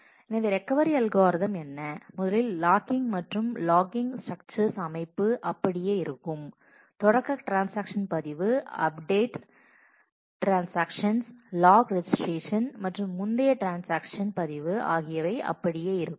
எனவே recovery algorithm என்ன முதலில் லாக்கிங் மற்றும் லாக்கிங் ஸ்டரக்சர்ஸ் அமைப்பு அப்படியே இருக்கும் தொடக்க ட்ரான்ஸாக்ஷன்ஸ் பதிவு அப்டேட் ட்ரான்ஸாக்ஷன்ஸ் லாக் ரெஜிஸ்டரேஷன் மற்றும் முந்தைய ட்ரான்ஸாக்ஷன்ஸ் பதிவு ஆகியவை அப்படியே இருக்கும்